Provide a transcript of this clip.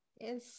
Yes